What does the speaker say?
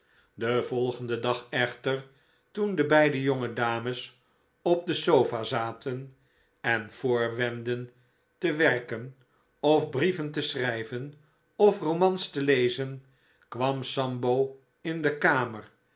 den volgenden dag echter toen de beide jonge dames op de sofa zaten en voorwendden te werken of brieven te schrijven of romans te lezen kwam sambo in de kamer